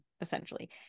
essentially